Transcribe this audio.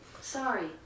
sorry